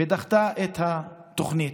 ודחתה את התוכנית.